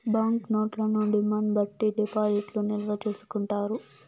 bank నోట్లను demand బట్టి డిపాజిట్లు నిల్వ చేసుకుంటారు